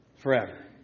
Forever